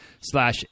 slash